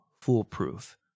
foolproof